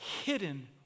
hidden